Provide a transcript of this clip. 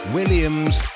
Williams